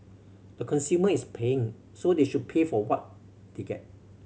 the consumer is paying so they should pay for what they get